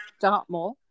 Dartmoor